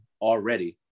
already